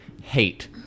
hate